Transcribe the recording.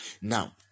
Now